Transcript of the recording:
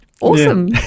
awesome